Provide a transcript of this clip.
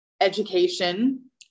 education